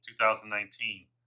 2019